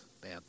bad